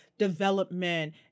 development